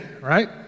right